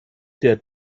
der